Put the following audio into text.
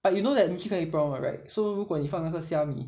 but you know that ming qing cannot eat prawn 了 right so 如果你放那个虾米